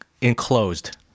enclosed